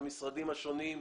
למשרדים השונים,